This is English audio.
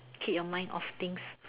keep your mind off things